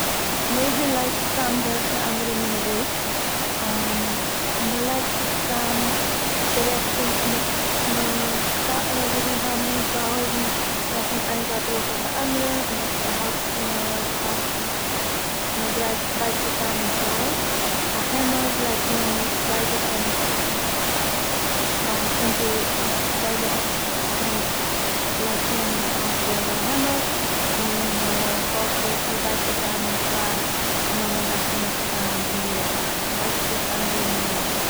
יעדער לייגט צוזאם וועש אין א אנדער מין וועג, מ'לייגט עס צוזאם די רעכטע מיט- אזויווי אין האלב למשל א הויזן איז- מ'לייגט מען איין זייט ארויף די אנדערע און מיט האלטן- מ'צוטיילט עס אין צ- מען דרייט- בייגט עס איין אין צוויי. א העמד לייגט מען ביידע הענט אין די- אין- ביידע הע- הענט לייגט מען אויף די העמד און מ'פאלדט עס מ'בייגט עס איין אין צוויי און נאכדעם בייגט מען עס איין אין די לענג. מען בייגט עס איין אין די לענג און אין די ברייט